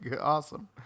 awesome